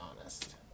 honest